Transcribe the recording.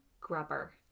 grubber